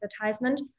advertisement